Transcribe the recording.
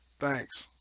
thanks.